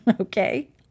Okay